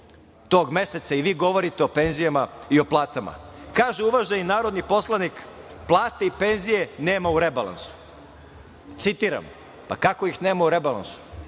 tog meseca i vi govorite o penzijama i o platama. Kaže uvaženi narodni poslanik, plate i penzije nema u rebalansu, citiram, kako ih nema u rebalansu,